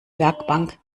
werkbank